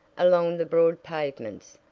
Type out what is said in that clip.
along the broad pavements,